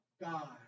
God